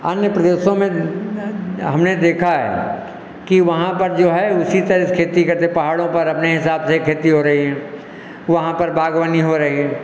अन्य प्रदेशों में हमने देखा है कि वहाँ पर जो है उसी तरह से खेती करते पहाड़ों पर अपने हिसाब से खेती हो रही हैं वहाँ पर बागवानी हो रही है